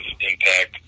impact